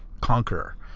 conqueror